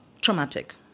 traumatic